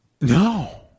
No